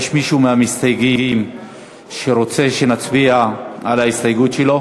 יש מישהו מהמסתייגים שרוצה שנצביע על ההסתייגות שלו?